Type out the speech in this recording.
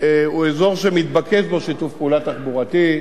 הוא אזור שמתבקש בו שיתוף פעולה תחבורתי,